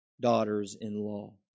daughters-in-law